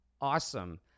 awesome